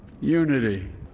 Unity